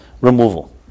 removal